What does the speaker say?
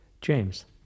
James